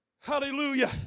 Hallelujah